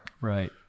Right